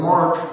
Mark